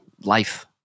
life